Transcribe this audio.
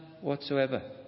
whatsoever